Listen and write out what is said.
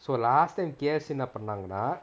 so last time K_F_C என்ன பண்ணுனாங்கனா:enna pannunaanganaa